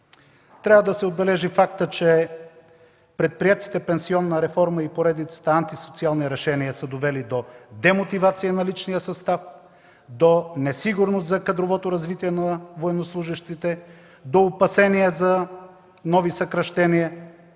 Трябва да се отбележи фактът, че предприетите пенсионна реформа и поредицата антисоциални решения са довели до демотивация на личния състав, до несигурност за кадровото развитие на военнослужещите, до опасения за нови съкращения